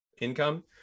income